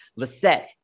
Lissette